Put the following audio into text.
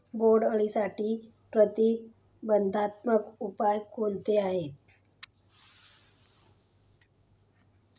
बोंडअळीसाठी प्रतिबंधात्मक उपाय कोणते आहेत?